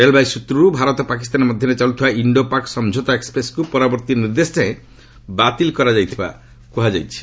ରେଳବାଇ ସୂତ୍ରରୁ' ଭାରତ ପାକିସ୍ତାନ ମଧ୍ୟରେ ଚାଲୁଥିବା ଇଣ୍ଡୋ ପାକ୍ ସମଝୋତା ଏକ୍ନପ୍ରେସକୁ ପରବର୍ତ୍ତୀ ନିର୍ଦ୍ଦେଶଯାଏଁ ବାତିଲ କରାଯାଇଥିବା କୁହାଯାଇଛି